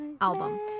album